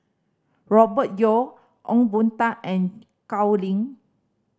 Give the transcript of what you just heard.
Robert Yeo Ong Boon Tat and Gao Ning